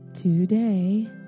Today